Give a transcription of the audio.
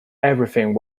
everything